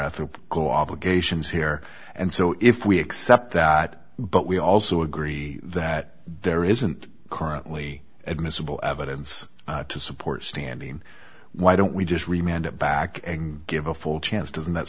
to go obligations here and so if we accept that but we also agree that there isn't currently admissible evidence to support standing why don't we just remind it back and give a full chance doesn't that